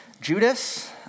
Judas